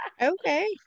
Okay